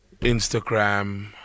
Instagram